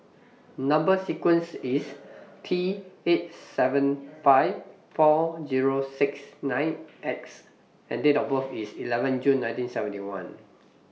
Number sequence IS T eight seven five four Zero six nine X and Date of birth IS eleven June nineteen seventy one